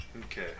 Okay